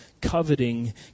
coveting